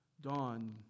dawn